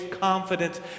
confidence